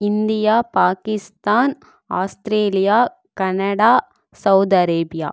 India Pakistan Australia Canada Saudi Arabia